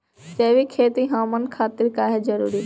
जैविक खेती हमन खातिर काहे जरूरी बा?